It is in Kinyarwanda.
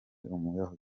umuyahudi